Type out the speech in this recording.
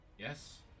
Yes